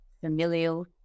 familial